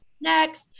next